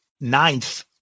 ninth